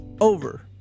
Over